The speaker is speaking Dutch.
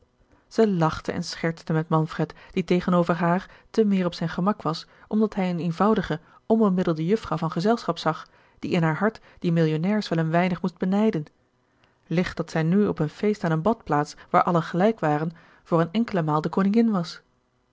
zij lachte en schertste met manfred die tegenover haar te meer op zijn gemak was omdat hij eene eenvoudige gerard keller het testament van mevrouw de tonnette onbemiddelde jufvrouw van gezelschap zag die in haar hart die millionnairs wel een weinig moest benijden licht dat zij nu op een feest aan eene badplaats waar allen gelijk waren voor eene enkele maal de koningin was